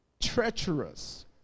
treacherous